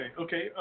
Okay